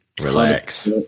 Relax